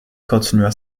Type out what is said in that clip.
continua